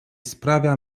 sprawia